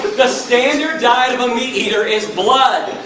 the standard diet of a meat eater is blood,